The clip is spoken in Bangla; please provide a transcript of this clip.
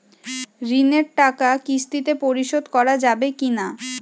ঋণের টাকা কিস্তিতে পরিশোধ করা যাবে কি না?